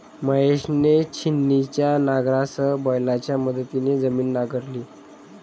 महेशने छिन्नीच्या नांगरासह बैलांच्या मदतीने जमीन नांगरली